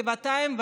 גבעתיים,